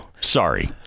sorry